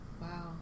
Wow